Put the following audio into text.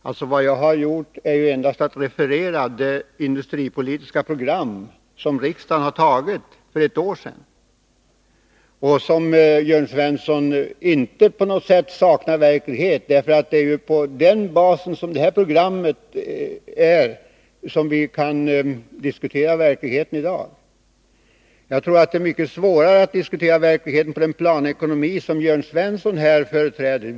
Det jag har gjort är endast att referera det industripolitiska program som riksdagen antog för ett år sedan, och som, Jörn Svensson, inte på något sätt saknar verklighetsanknytning. Det är med utgångspunkt i det här programmets bas som vi kan diskutera verkligheten i dag. Jag tror att det är mycket svårare att diskutera verkligheten med utgångspunkt i den planekonomi som Jörn Svensson företräder.